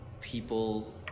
people